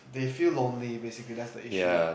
they feel lonely basically that's the issue